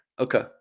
Okay